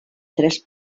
tres